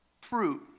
fruit